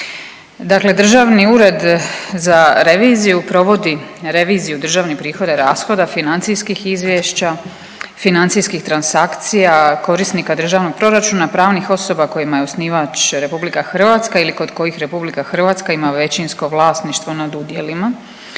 Dakle, Državni ured za reviziju provodi reviziju državnih prihoda i rashoda, financijskih izvješća, financijskih transakcija, korisnika državnog proračuna, pravnih osoba kojima je osnivač Republika Hrvatska ili kod kojih Republika Hrvatska ima većinsko vlasništvo nad udjelima.